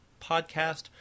podcast